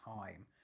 time